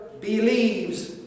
believes